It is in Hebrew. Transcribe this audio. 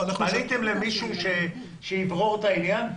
פניתם למישהו שיברור בעניין?